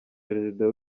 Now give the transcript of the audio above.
perezida